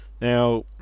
now